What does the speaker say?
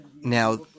Now